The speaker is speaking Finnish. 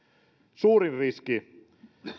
suurin riski